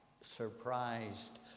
surprised